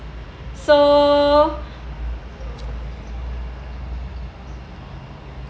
so